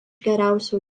geriausių